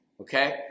okay